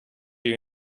you